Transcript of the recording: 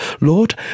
Lord